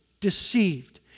deceived